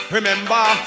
Remember